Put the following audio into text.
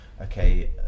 Okay